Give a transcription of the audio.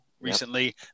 recently